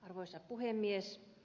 arvoisa puhemies